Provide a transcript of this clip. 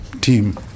team